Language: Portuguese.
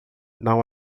não